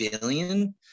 billion